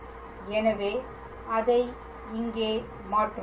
எனவே அதை இங்கே மாற்றுவோம்